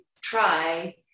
try